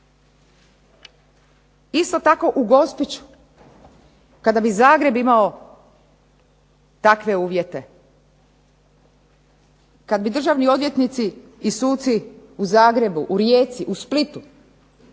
Isto tako u Gospiću. Kada bi Zagreb imao takve uvjete, kad bi državni odvjetnici i suci u Zagrebu, u Rijeci, u Splitu,